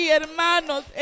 hermanos